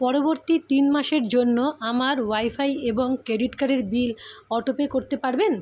পরবর্তী তিন মাসের জন্য আমার ওয়াইফাই এবং ক্রেডিট কার্ডের বিল অটোপে করতে পারবেন